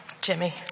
Jimmy